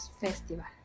festival